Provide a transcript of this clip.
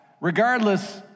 regardless